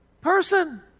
person